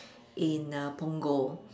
in uh Punggol